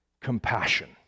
compassion